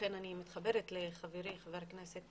אכן אני מתחברת לדברי חברי חבר הכנסת